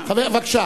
בבקשה.